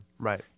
Right